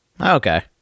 okay